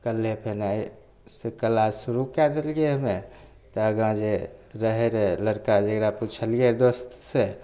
काल्हिये फेन आइसँ क्लास शुरू कए देलियै हमे तऽ आगा जे रहय रहय लड़िका जकरा पुछलियै दोस्तसँ